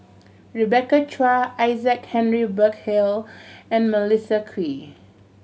Rebecca Chua Isaac Henry Burkill and Melissa Kwee